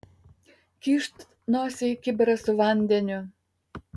kyšt nosį į kibirą su vandeniu